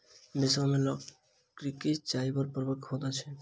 विश्व में लकड़ी चाइर प्रकारक होइत अछि